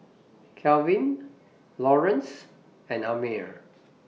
Kalvin Laurence and Amir